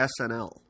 SNL